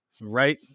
right